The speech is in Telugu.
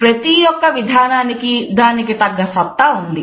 ప్రతిఒక్క విధానానికి దానికి తగ్గ సత్తా ఉంది